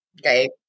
okay